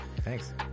Thanks